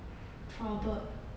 troubled